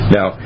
Now